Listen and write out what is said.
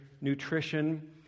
nutrition